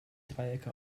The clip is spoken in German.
dreiecke